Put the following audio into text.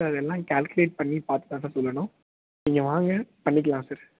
so அதெல்லாம் calculate பண்ணி பார்த்து தான் சார் சொல்லணும் நீங்கள் வாங்க பண்ணிக்கலாம் சார்